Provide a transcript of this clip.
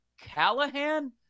Callahan